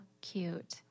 cute